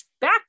back